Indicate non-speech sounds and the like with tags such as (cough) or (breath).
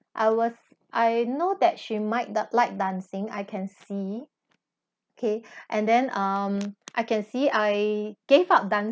I was I know that she might d~ like dancing I can see K (breath) and then um I can see I gave up dance~